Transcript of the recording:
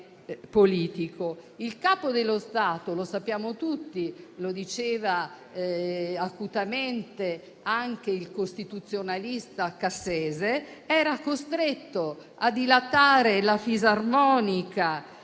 lo sappiamo tutti e lo diceva acutamente anche il costituzionalista Cassese, era costretto a dilatare la fisarmonica